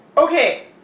Okay